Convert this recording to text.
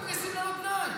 לא, אנחנו מתגייסים ללא תנאי.